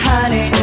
Honey